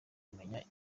kumenya